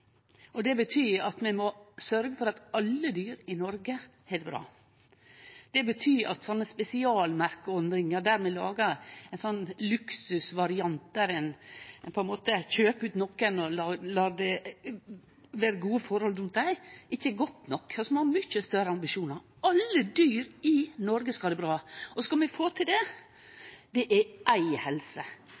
og det betyr at vi må sørgje for at alle dyr i Noreg har det bra. Det betyr at sånne spesialmerkeordningar, der vi lagar ein sånn luksusvariant der ein på ein måte kjøpar ut nokon og let det vere gode forhold rundt dei, ikkje er godt nok. Vi må ha mykje større ambisjonar. Alle dyr i Noreg skal ha det bra, og skal vi få til det, er det éi helse. Bonden og dyra er